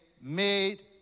made